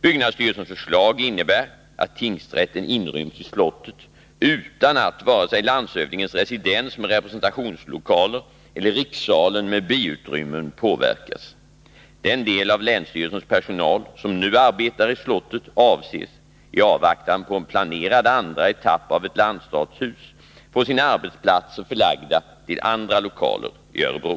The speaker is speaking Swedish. Byggnadsstyrel Nr 110 sens förslag innebär att tingsrätten inryms i slottet utan att vare sig landshövdingens residens med representationslokaler eller rikssalen med biutrymmen påverkas. Den del av länsstyrelsens personal som nu arbetar i slottet avses, i avvaktan på en planerad andra etapp av ett landsstatshus, att Om lokaliseringen få sina arbetsplatser förlagda till andra lokaler i Örebro.